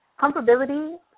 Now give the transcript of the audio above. comfortability